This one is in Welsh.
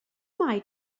mae